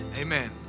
Amen